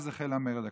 אז החל המרד הקדוש.